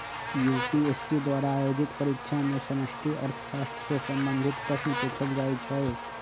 UPSC द्वारा आयोजित परीक्षा में समष्टि अर्थशास्त्र से संबंधित प्रश्न पूछल जाइ छै